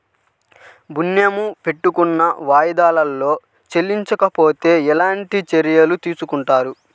ఋణము పెట్టుకున్న వాయిదాలలో చెల్లించకపోతే ఎలాంటి చర్యలు తీసుకుంటారు?